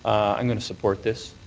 i'm going to support this.